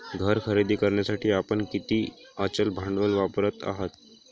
घर खरेदी करण्यासाठी आपण किती अचल भांडवल वापरत आहात?